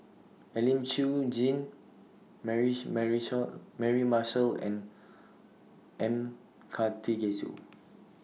Elim Chew Jean Mary Marshall and M Karthigesu